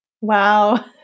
Wow